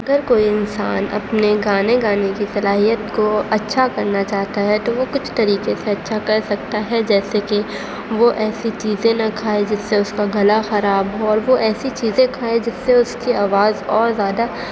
اگر کوئی انسان اپنے گانے گانے کی صلاحیت کو اچھا کرنا چاہتا ہے تو وہ کچھ طریقے سے اچھا کر سکتا ہے جیسے کہ وہ ایسی چیزیں نہ کھائے جس سے اس کا گلا خراب ہو اور وہ ایسی چیزیں کھائے جس سے اس کی آواز اور زیادہ